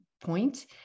point